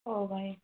ହେଉ ଭାଇ